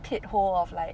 pithole of like